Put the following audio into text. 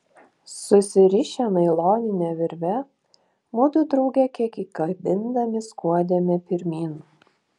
susirišę nailonine virve mudu drauge kiek įkabindami skuodėme pirmyn